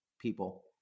people